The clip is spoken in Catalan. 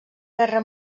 guerra